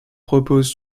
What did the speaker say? propose